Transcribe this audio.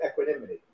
equanimity